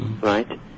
right